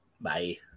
Bye